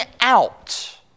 out